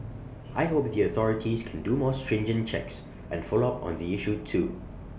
I hope the authorities can do more stringent checks and follow up on the issue too